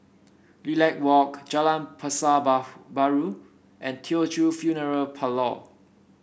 Lilac Walk Jalan Pasar Baru and Teochew Funeral Parlour